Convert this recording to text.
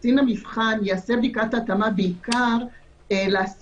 קצין המבחן יעשה בדיקת התאמה בעיקר לעשות